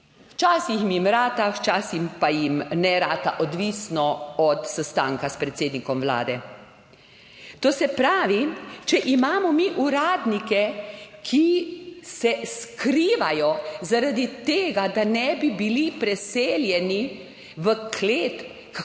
včasih jim rata, včasih pa jim ne rata, odvisno od sestanka s predsednikom Vlade. To se pravi, če imamo mi uradnike, ki se skrivajo zaradi tega, da ne bi bili preseljeni v klet,